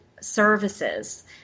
services